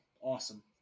Awesome